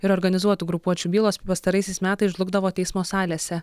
ir organizuotų grupuočių bylos pastaraisiais metais žlugdavo teismo salėse